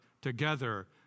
together